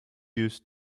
used